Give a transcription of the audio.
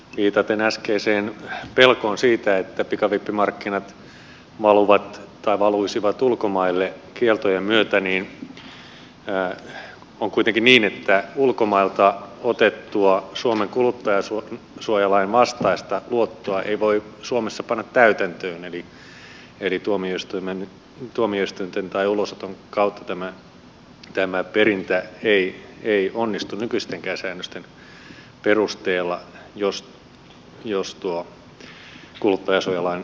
viitaten äskeiseen pelkoon siitä että pikavippimarkkinat valuisivat ulkomaille kieltojen myötä niin on kuitenkin niin että ulkomailta otettua suomen kuluttajansuojalain vastaista luottoa ei voi suomessa panna täytäntöön eli tuomioistuinten tai ulosoton kautta tämä perintä ei onnistu nykyistenkään säännösten perusteella jos tuo kuluttajansuojalain edellytys täyttyy